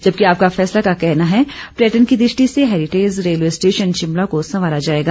जबकि आपका फैसला का कहना है पर्यटन की दृष्टि से हैरिटेज रेलवे स्टेशन शिमला को संवारा जायेगा